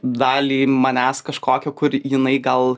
dalį manęs kažkokio kur jinai gal